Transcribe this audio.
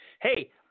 Hey